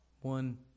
one